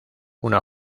una